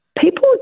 People